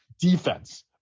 Defense